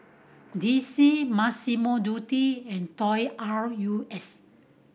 D C Massimo Dutti and Toy R U S